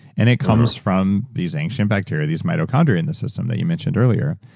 and it comes from these ancient bacteria, these mitochondria in the system that you mentioned earlier.